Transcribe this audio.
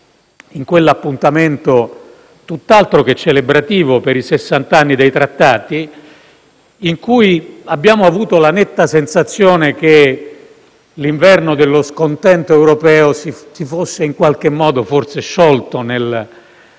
in quell'appuntamento tutt'altro che celebrativo per i sessant'anni dei Trattati in cui abbiamo avuto la netta sensazione che l'inverno dello scontento europeo si fosse in qualche modo, forse, sciolto nella